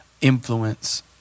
influence